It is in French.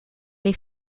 les